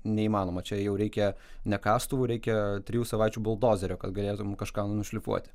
neįmanoma čia jau reikia ne kastuvu reikia trijų savaičių buldozerio kad galėtum kažką nušlifuoti